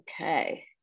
Okay